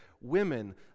women